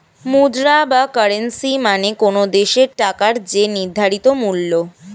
মুদ্রা বা কারেন্সী মানে কোনো দেশের টাকার যে নির্ধারিত মূল্য